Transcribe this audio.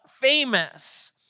famous